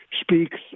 speaks